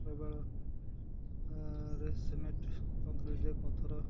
ପ୍ରବଳରେ cement କଂକ୍ରିଟ୍ରେ ପଥର